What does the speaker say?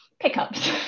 pickups